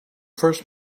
first